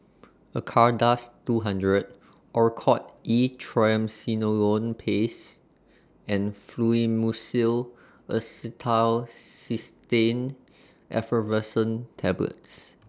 Acardust two hundred Oracort E Triamcinolone Paste and Fluimucil Acetylcysteine Effervescent Tablets